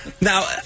now